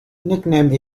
nickname